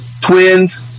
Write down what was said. Twins